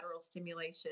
stimulation